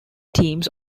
teams